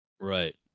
Right